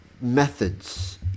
methods